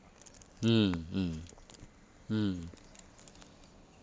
mm mm mm